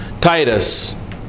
Titus